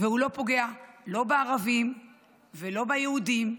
והוא לא פוגע, לא בערבים ולא ביהודים,